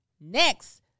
Next